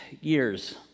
years